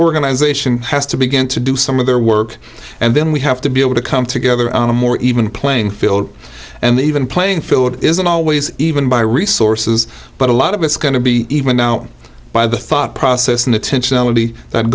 organization has to begin to do some of their work and then we have to be able to come together on a more even playing field and even playing field isn't always even by resources but a lot of it's going to be even now by the thought process and attention